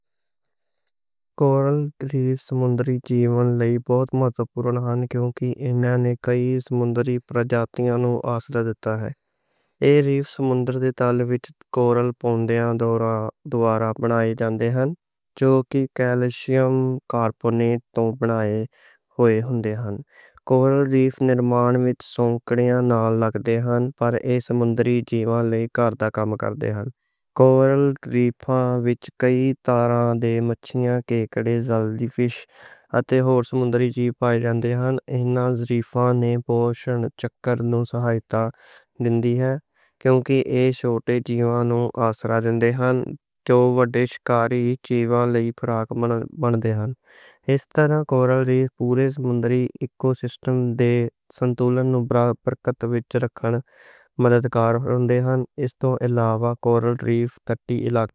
کوئی سمندری جیون لئی کورل ریف بہت مہتوپورن ہن۔ کیونکہ ایہ ریف سمندر دے تَل وچ کورل پولیپاں دوآرا بنائے جاندے ہن۔ پولیپ کیلشیم کاربونیٹ دے بلوک بنا کے ڈھانچے تیار کر دے ہن۔ ایہ ڈھانچے چھوٹی پرجاتیاں نوں آسرا دِتا۔ کورل ریف وچ کئی طرح دیاں مچھیاں، کیکڑے، جیلی فِش اتے ہور سمندری جیوناں رہندے ہن۔ کورل ریف پورے سمندری ایکوسسٹم دے سنتولن نوں برقرار رکھن وچ مددگار ہن۔ ہن اس توں علاوہ کورل ریف تٹی علاقہ ہے